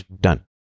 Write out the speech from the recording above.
Done